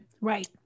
Right